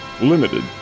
limited